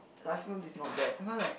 I feel is not bad because like